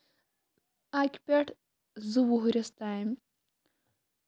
اَکہِ پیٚٹھ زٕ وُہُرِس تام